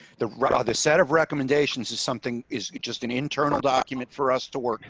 the but other set of recommendations is something is just an internal document for us to work.